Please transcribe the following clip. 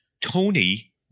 Tony